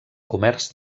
comerç